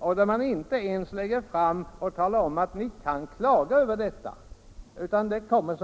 Man har inte ens talat om för kommunerna att de kan klaga över det, utan en kommun